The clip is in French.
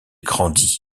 grandit